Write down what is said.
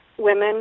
Women